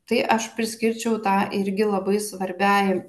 tai aš priskirčiau tą irgi labai svarbiai